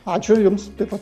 ačiū jums taip pat